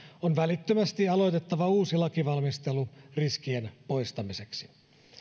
on välittömästi aloitettava uusi lakivalmistelu riskien poistamiseksi